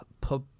pub